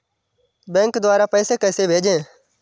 Bank द्वारा पैसे कैसे भेजें?